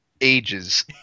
ages